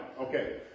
Okay